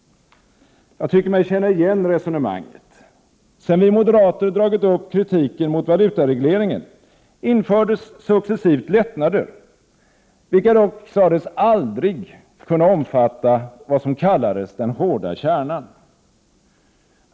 Jag tycker mig känna igen resonemanget. Sedan vi moderater dragit upp kritiken mot valutaregleringen, infördes successivt lättnader, vilka dock sades aldrig kunna omfatta vad som kallades den hårda kärnan.